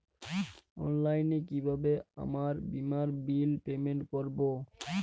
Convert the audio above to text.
অনলাইনে কিভাবে আমার বীমার বিল পেমেন্ট করবো?